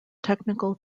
technical